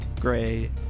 gray